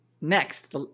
Next